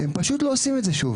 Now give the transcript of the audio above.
הם פשוט לא עושים את זה שוב.